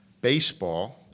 baseball